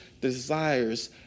desires